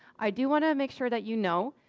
i do want to make sure that you know,